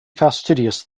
fastidious